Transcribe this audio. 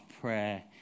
prayer